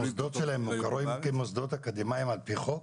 המוסדות שלהם מוכרים כמוסדות אקדמיים, לפי החוק?